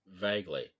Vaguely